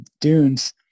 dunes